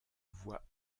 voie